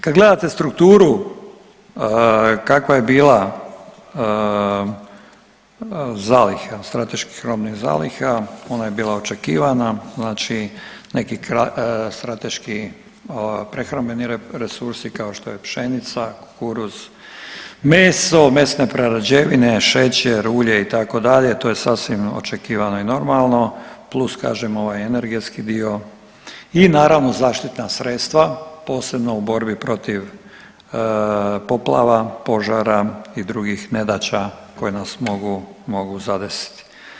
Kad gledate strukturu kakva je bila zalihe od strateških robnih zaliha, ona je bila očekivana, znači neki strateški prehrambeni resursi, kao što je pšenica, kukuruz, meso, mesne prerađevine, šećer, ulje, itd., to je sasvim očekivano i normalno, plus kažem, ovaj energetski dio i naravno, zaštitna sredstva, posebno u borbi protiv poplava, požara i drugih nedaća koje nas mogu zadesiti.